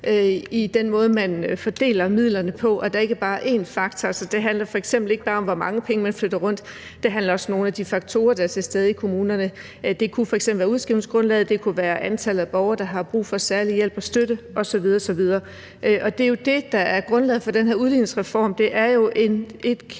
i den måde, man fordeler midlerne på, at der altså ikke bare er én faktor. Det handler f.eks. ikke bare om, hvor mange penge man flytter rundt. Det handler også om nogle af de faktorer, der er til stede i kommunerne. Det kunne f.eks. være udskrivningsgrundlaget, det kunne være antallet af borgere, der har brug for særlig hjælp og støtte osv. osv. Det er det, der er grundlaget for den her udligningsreform. Det er jo et kæmpestort